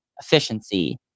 efficiency